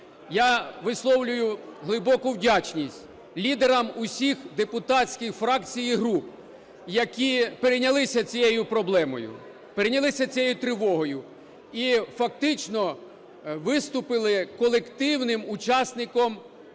Я висловлюю глибоку вдячність лідерам усіх депутатських фракцій і груп, які перейнялися цією проблемою, перейнялися цією тривогою і фактично виступили колективним учасником,